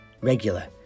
regular